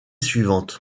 suivante